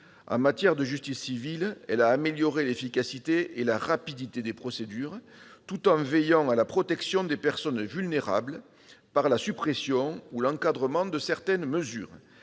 En matière de justice civile, elle a amélioré l'efficacité et la rapidité des procédures, tout en veillant à la protection des personnes vulnérables, par la suppression ou l'encadrement de certaines mesures.